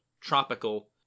tropical